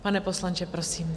Pane poslanče, prosím.